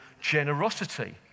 generosity